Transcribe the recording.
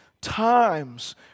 times